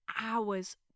hours